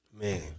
Man